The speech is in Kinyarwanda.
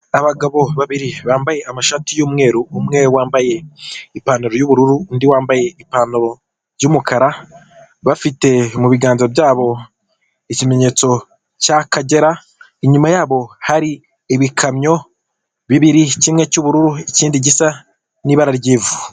Abagabo babiri bambaye amashati y’ umweru, umwe wambaye ipantaro y ’ubururu undi wambaye ipantaro y'umukara. bafite mu biganza byabo ikimenyetso cy'akagera, inyuma yabo hari ibikamyo bibiri kimwe cy'ubururu ikindi gisa n'ibara ry'ivu.